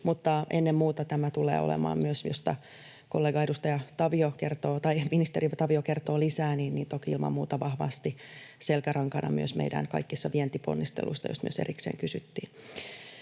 Mutta ennen muuta tämä tulee olemaan myös — mistä kollega, ministeri Tavio kertoo lisää — toki, ilman muuta vahvasti selkärankana myös meidän kaikissa vientiponnisteluissamme, joista myös erikseen kysyttiin.